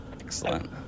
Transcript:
Excellent